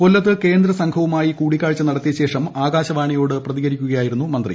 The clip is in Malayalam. കൊല്ലത്ത് കേന്ദ്രസംഘവുമായി കൂടിക്കാഴ്ച നടത്തിയശേഷം ആകാശവാണിയോട് പ്രതികരിക്കുകയായിരുന്നു മന്ത്രി